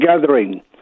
gathering